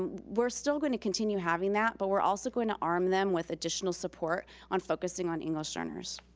and we're still gonna continue having that, but we're also going to arm them with additional support on focusing on english learners.